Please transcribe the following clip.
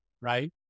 right